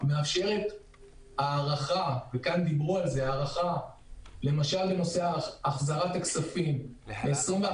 היא מאפשרת הארכה, למשל, לנושא החזרת הכספים ל-91